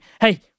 hey